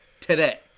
today